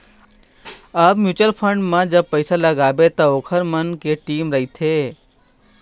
अब mutual fund म जब पइसा लगाबे त ओखर मन के टीम रहिथे